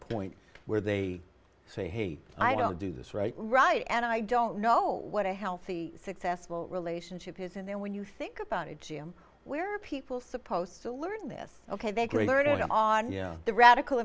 point where they say hey i don't do this right right and i don't know what a healthy successful relationship is and then when you think about it jim where are people supposed to learn this ok they can learn on you know the radical